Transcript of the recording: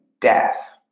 death